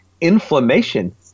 inflammation